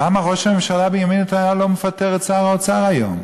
למה ראש הממשלה בנימין נתניהו לא מפטר את שר האוצר היום?